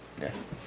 Yes